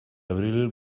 abril